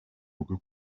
bwo